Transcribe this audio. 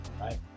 Right